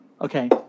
Okay